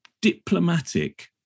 diplomatic